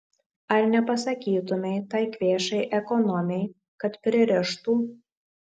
ar nepasakytumei tai kvėšai ekonomei kad pririštų